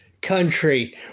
country